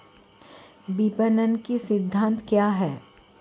विपणन के सिद्धांत क्या हैं?